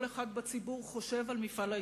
אחד בציבור חושב על מפעל ההתיישבות.